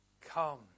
Come